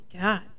god